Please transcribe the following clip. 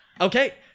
okay